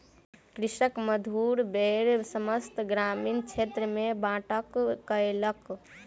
कृषक मधुर बेर समस्त ग्रामीण क्षेत्र में बाँटलक कयलक